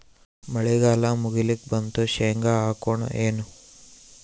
ಮಳಿಗಾಲ ಮುಗಿಲಿಕ್ ಬಂತು, ಶೇಂಗಾ ಹಾಕೋಣ ಏನು?